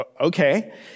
okay